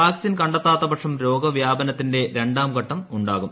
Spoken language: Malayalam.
വാക്സിൻ കണ്ടെത്താത്ത പക്ഷം രോഗവ്യാപനത്തിന്റെ രണ്ടാം ഘട്ടം ഉണ്ടാകും